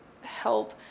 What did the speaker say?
help